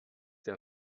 der